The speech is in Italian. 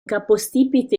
capostipite